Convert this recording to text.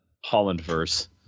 Holland-verse